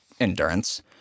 endurance